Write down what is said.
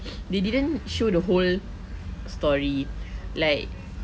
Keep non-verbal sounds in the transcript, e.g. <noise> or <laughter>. <noise> they didn't show the who story like